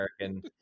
American